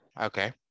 Okay